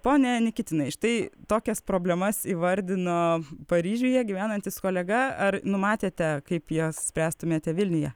pone nikitinai štai tokias problemas įvardino paryžiuje gyvenantis kolega ar numatėte kaip jas spręstumėte vilniuje